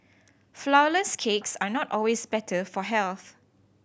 flourless cakes are not always better for health